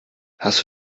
hast